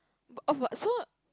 oh but so